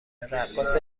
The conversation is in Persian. رقاص